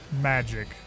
magic